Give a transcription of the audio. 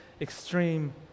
extreme